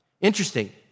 Interesting